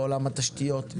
בעולם התשתיות,